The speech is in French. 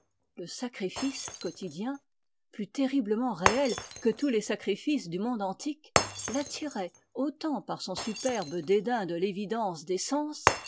le sacrifice quotidien plus terriblement réel que tous les sacrifices du monde antique l'attirait autant par son superbe dédain de l'évidence